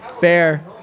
Fair